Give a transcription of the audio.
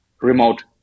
Remote